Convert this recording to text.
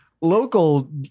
Local